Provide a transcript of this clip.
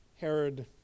Herod